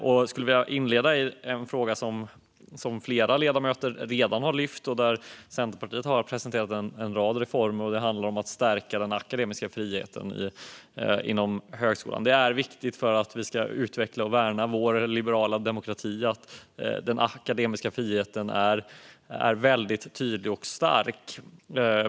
Jag skulle vilja inleda med en fråga som flera ledamöter redan har lyft och där Centerpartiet har presenterat en rad reformer, nämligen att stärka den akademiska friheten inom högskolan. För att vi ska utveckla och värna vår liberala demokrati är det viktigt att den akademiska friheten är tydlig och stark.